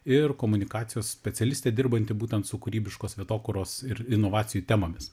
ir komunikacijos specialistė dirbanti būtent su kūrybiškos vietokuros ir inovacijų temomis